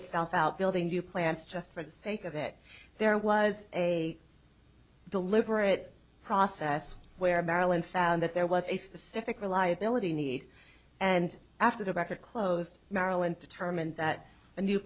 itself out building new plants just for the sake of it there was a deliberate process where marilyn found that there was a specific reliability need and after the record closed maryland determined that a new